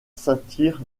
satire